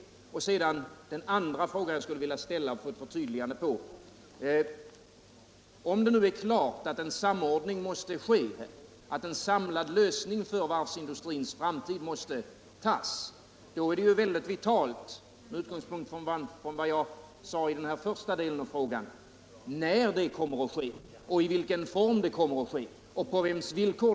Sedan, herr talman, till den andra frågan som jag skulle vilja få ett förtydligande av. Om det nu är klart att en samordning måste ske, att en samlad lösning för varvsindustrins framtid måste ske, då är det mycket vitalt — med utgångspunkt från den första frågan jag ställde — när detta kommer att ske, i vilken form det kommer att ske och på vems villkor.